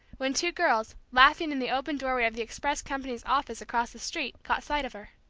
when two girls, laughing in the open doorway of the express company's office across the street, caught sight of her.